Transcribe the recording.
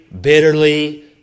bitterly